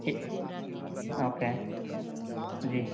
جی okay جی